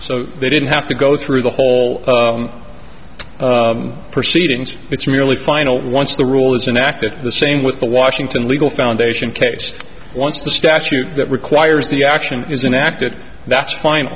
so they didn't have to go through the whole proceedings it's merely final once the rule is an act that the same with the washington legal foundation case once the statute that requires the action isn't acted that's fine